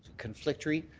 conflictory.